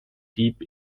deep